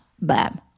Bam